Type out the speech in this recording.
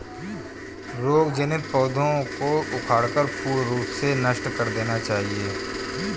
रोग जनित पौधों को उखाड़कर पूर्ण रूप से नष्ट कर देना चाहिये